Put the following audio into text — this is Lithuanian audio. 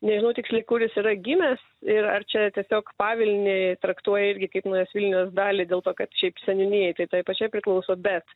nežinau tiksliai kur jis yra gimęs ir ar čia tiesiog pavilnį traktuoja irgi kaip naujos vilnios dalį dėl to kad šiaip seniūnijai tai tai pačiai priklauso bet